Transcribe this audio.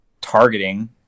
targeting